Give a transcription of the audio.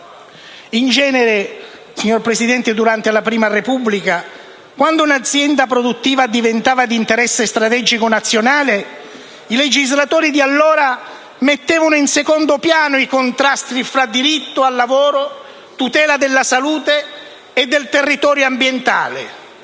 emergenze. In genere, durante la prima Repubblica, quando un'azienda produttiva diventava di interesse strategico nazionale, i legislatori di allora mettevano in secondo piano i contrasti fra diritto al lavoro, tutela della salute e del territorio ambientale;